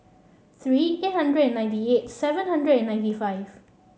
three eight hundred and ninety eight seven hundred and ninety five